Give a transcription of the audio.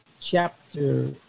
chapter